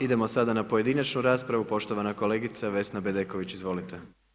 Idemo sada na pojedinačnu raspravu, poštovana kolegica Vesna Bedeković, izvolite.